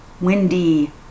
windy